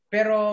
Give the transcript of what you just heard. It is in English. Pero